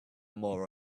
more